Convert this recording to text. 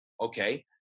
okay